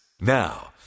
Now